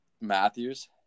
Matthews